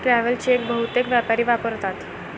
travel cheque बहुतेक व्यापारी वापरतात